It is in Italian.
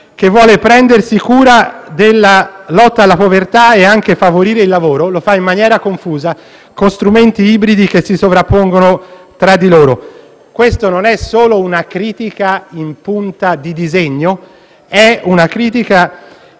che vuole prendersi cura della lotta alla povertà e anche favorire il lavoro, ma lo fa in maniera confusa, con strumenti ibridi che si sovrappongono tra di loro. Questa non è solo una critica "in punta di disegno", ma è una critica